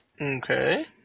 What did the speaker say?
Okay